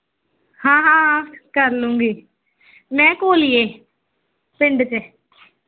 ਹਾਂ ਹਾਂ ਹਾਂ ਕਰ ਲੂਗੀ ਮੈਂ ਘੋਲੀਏ ਪਿੰਡ 'ਚ